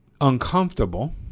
uncomfortable